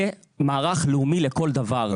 זה מערך לאומי לכל דבר.